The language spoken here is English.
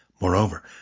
Moreover